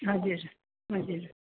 हजुर हजुर